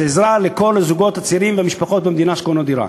זו עזרה לכל הזוגות הצעירים והמשפחות במדינה שקונים דירה.